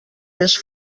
més